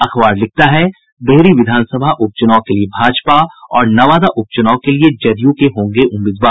अखबार लिखता है डेहरी विधान सभा उप चुनाव के लिये भाजपा और नवादा उप चुनाव के लिये जदयू के होंगे उम्मीदवार